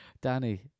Danny